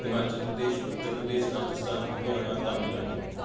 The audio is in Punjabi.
ਹਿਮਾਚਲ ਪ੍ਰਦੇਸ਼ ਉੱਤਰ ਪ੍ਰਦੇਸ਼ ਰਾਜਸਥਾਨ ਹਰਿਆਣਾ ਤਾਮਿਲਨਾਡੂ